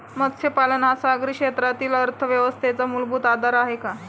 मत्स्यपालन हा सागरी क्षेत्रातील अर्थव्यवस्थेचा मूलभूत आधार आहे